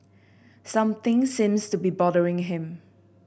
something seems to be bothering him